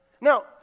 Now